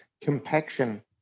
compaction